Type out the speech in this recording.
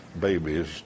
babies